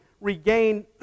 regain